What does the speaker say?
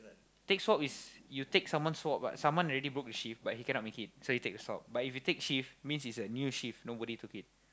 take swap is you take someone swap but someone already book the shift but he cannot make it so you take the slot but if you take shift means is a new shift means nobody took it